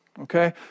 Okay